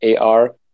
AR